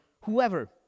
whoever